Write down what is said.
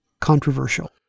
controversial